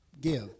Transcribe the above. give